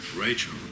Rachel